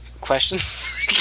Questions